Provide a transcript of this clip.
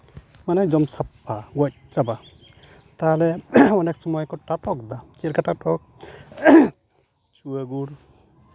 ᱢᱟᱱᱮ ᱡᱚᱢ ᱥᱟᱯᱷᱟ ᱜᱚᱡ ᱪᱟᱵᱟ ᱛᱟᱦᱚᱞᱮ ᱚᱱᱮᱠ ᱥᱚᱢᱚᱭ ᱠᱚ ᱴᱟᱯᱚᱠ ᱮᱫᱟ ᱪᱮᱫ ᱞᱮᱠᱟ ᱴᱟᱯᱚᱠ ᱪᱩᱣᱟᱹ ᱜᱩᱲ